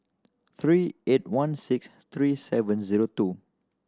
three eight one six three seven zero two